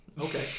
Okay